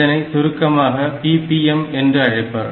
இதனை சுருக்கமாக PPM என்றும் அழைப்பர்